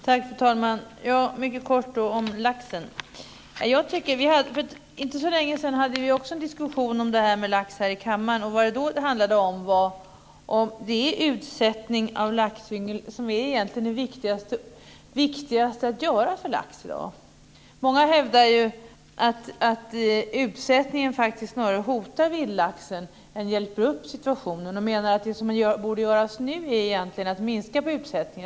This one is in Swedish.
Fru talman! Jag vill mycket kort ta upp detta med laxen. Det var inte så länge sedan vi hade en diskussion om laxen här i kammaren. Vad det då handlade om var huruvida utsättning av laxyngel egentligen är det viktigaste man kan göra för laxen i dag. Många hävdar ju att utsättningen faktiskt snarare hotar vildlaxen än hjälper upp situationen och menar att det som nu borde göras egentligen är att minska utsättningen.